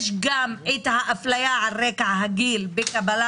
יש גם את האפליה על רקע הגיל בקבלה